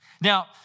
Now